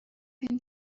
این